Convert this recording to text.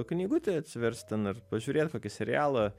knygutę atsiverst ten ar pažiūrėt kokį serialą